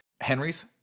henry's